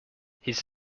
his